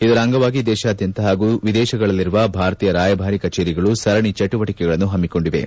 ಇದರ ಅಂಗವಾಗಿ ದೇಶಾದ್ಯಂತ ಹಾಗೂ ವಿದೇಶಗಳಲ್ಲಿರುವ ಭಾರತೀಯ ರಾಯಭಾರಿ ಕಚೇರಿಗಳು ಸರಣಿ ಚಟುವಟಿಕೆಗಳನ್ನು ಹಮ್ಲಿಕೊಂಡಿವೆ